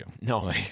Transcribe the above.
No